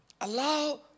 Allow